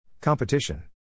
Competition